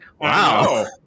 Wow